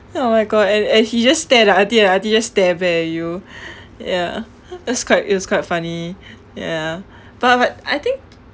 oh my god and and he just stare at the auntie and the auntie just stare back at you ya it was quite it was quite funny ya but but I think